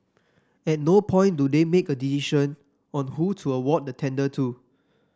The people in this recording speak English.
at no point do they make a decision on who to award the tender to